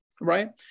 right